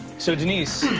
so denise,